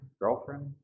Girlfriend